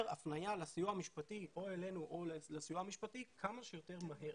הפנייה או אלינו או לסיוע המשפטי כמה שיותר מהר.